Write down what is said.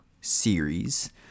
series